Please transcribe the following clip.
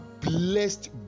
blessed